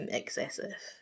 excessive